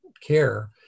care